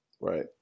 right